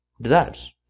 desires